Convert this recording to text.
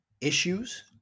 issues